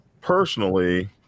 personally